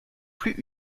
plus